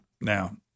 now